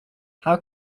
how